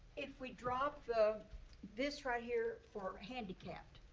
if we drop this right here for handicapped,